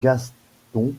gaston